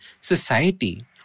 society